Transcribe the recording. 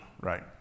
right